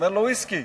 אומר לו: ויסקי.